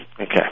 Okay